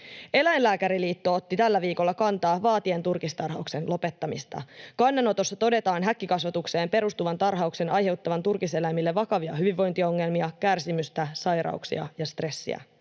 Eläinlääkäriliitto otti tällä viikolla kantaa vaatien turkistarhauksen lopettamista. Kannanotossa todetaan häkkikasvatukseen perustuvan tarhauksen aiheuttavan turkiseläimille vakavia hyvinvointiongelmia, kärsimystä, sairauksia ja stressiä.